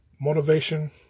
Motivation